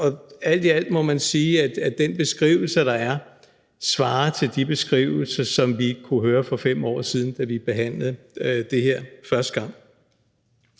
Og alt i alt må man sige, at den beskrivelse, der er, svarer til de beskrivelser, som vi kunne høre for 5 år siden, da vi behandlede det her første gang.